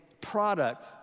product